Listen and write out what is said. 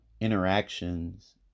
interactions